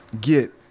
get